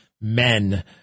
men